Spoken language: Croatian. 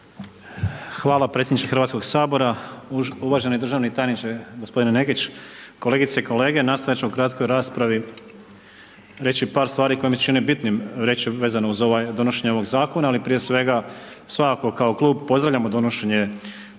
Hvala predsjedniče Hrvatskog sabora. Uvaženi državni tajniče g. Nekić, kolegice i kolege nastojati ću u kratkoj raspravi reći par stvari koje mi se čini bitnim reći, vezano uz donošenje ovog zakona, ali prije svega, svakako kao klub pozdravljamo donošenje